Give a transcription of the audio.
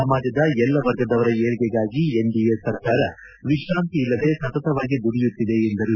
ಸಮಾಜದ ಎಲ್ಲ ವರ್ಗದವರ ಏಳಿಗೆಗಾಗಿ ಎನ್ಡಿಎ ಸರ್ಕಾರ ವಿಶ್ರಾಂತಿ ಇಲ್ಲದೇ ಸತತವಾಗಿ ದುಡಿಯುತ್ತಿದೆ ಎಂದರು